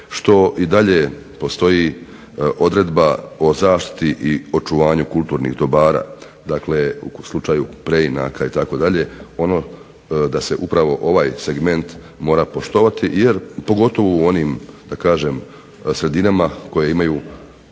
što i dalje postoji odredba o zaštiti i očuvanju kulturnih dobara, dakle u slučaju preinaka itd. da se upravo ovaj segment mora poštovati, pogotovo u onim da kažem sredinama koje imaju